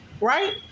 right